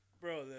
Bro